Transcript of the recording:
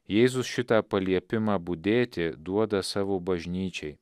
jėzus šitą paliepimą budėti duoda savo bažnyčiai